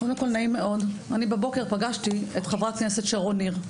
בבוקר פגשתי את חברת הכנסת שרון ניר,